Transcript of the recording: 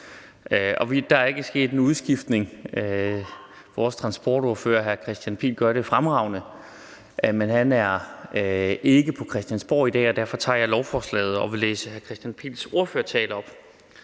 der er ikke sket en udskiftning. Vores transportordfører, hr. Kristian Pihl Lorentzen, gør det fremragende, men han er ikke på Christiansborg i dag, og derfor tager jeg lovforslaget og vil læse hr. Kristian Pihl Lorentzens ordførertale op.